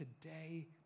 today